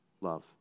love